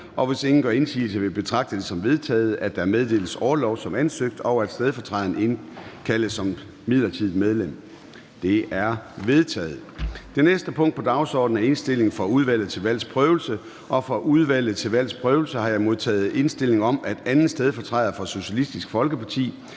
4. Hvis ingen gør indsigelse, vil jeg betragte det som vedtaget, at der meddeles orlov som ansøgt, og at stedfortræderen indkaldes som midlertidigt medlem. Det er vedtaget. --- Det næste punkt på dagsordenen er: 2) Indstilling fra Udvalget til Valgs Prøvelse: Godkendelse af stedfortræder som midlertidigt